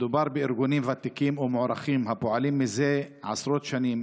מדובר בארגונים ותיקים ומוערכים הפועלים זה עשרות שנים